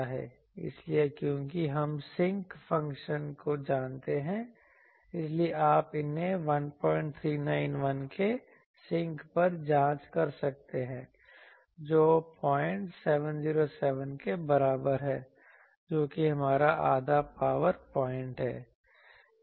इसलिए क्योंकि हम sinc फ़ंक्शन को जानते हैं इसलिए आप इन्हें 1391 के sinc पर जाँच कर सकते हैं जो 0707 के बराबर है जो कि हमारा आधा पावर पॉइंट है